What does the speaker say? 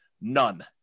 None